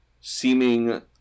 seeming